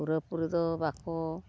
ᱯᱩᱨᱟᱹᱯᱩᱨᱤ ᱫᱚ ᱵᱟᱠᱚ